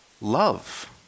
love